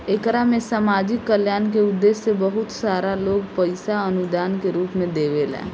एकरा में सामाजिक कल्याण के उद्देश्य से बहुत सारा लोग पईसा अनुदान के रूप में देवेला